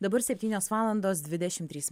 dabar septynios valandos dvidešimt trys